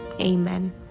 amen